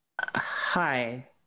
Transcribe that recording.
hi